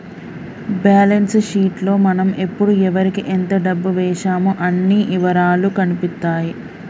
balance sheet లో మనం ఎప్పుడు ఎవరికీ ఎంత డబ్బు వేశామో అన్ని ఇవరాలూ కనిపిత్తాయి